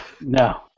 No